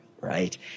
right